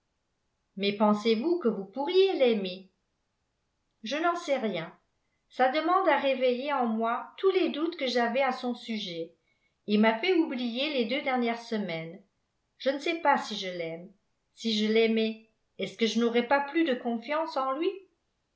mais pensez-vous que vous pourriez l'aimer je n'en sais rien sa demande a réveillé en moi tous les doutes que j'avais à son sujet et m'a fait oublier les deux dernières semaines je ne sais pas si je l'aime si je l'aimais est-ce que je n'aurais pas plus de confiance en lui